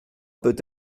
peut